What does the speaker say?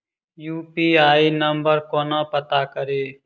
UPI number केना पत्ता कड़ी?